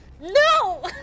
No